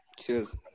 cheers